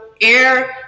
air